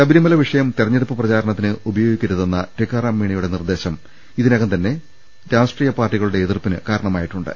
ശബരിമല വിഷയം തെരഞ്ഞെടുപ്പ് പ്രചാരണത്തിന് ഉപയോഗിക്കരുതെന്ന ടിക്കാറാം മീണയുടെ നിർദേശം ഇതിനകം തന്നെ രാഷ്ട്രീയ പാർട്ടികളുടെ എതിർപ്പിന് കാരണമായിട്ടുണ്ട്